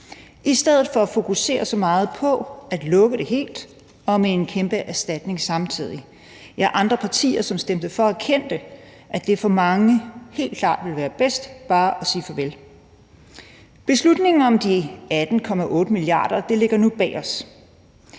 i stedet for at fokusere så meget på at lukke det helt og med en kæmpe erstatning samtidig. Ja, andre partier, som stemte for, erkendte, at det for mange helt klart ville være bedst bare at sige farvel. Beslutningen om de 18,8 mia. kr. ligger nu bag os,